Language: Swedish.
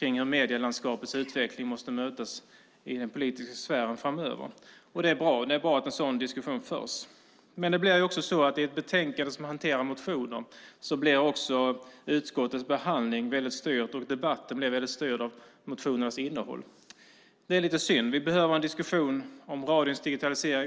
över hur medielandskapets utveckling måste mötas i den politiska sfären framöver. Det är bra att en sådan diskussion förs. Men i ett betänkande som hanterar motioner blir utskottets behandling och debatter styrda av motionernas innehåll. Det är lite synd. Vi behöver en diskussion om radions digitalisering.